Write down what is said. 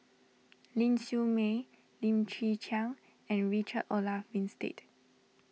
Ling Siew May Lim Chwee Chian and Richard Olaf Winstedt